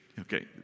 Okay